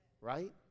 Right